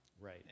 Right